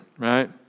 right